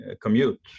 commute